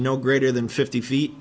no greater than fifty feet